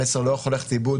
המסר לא יכול ללכת לאיבוד,